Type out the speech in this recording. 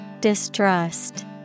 Distrust